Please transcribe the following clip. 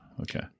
Okay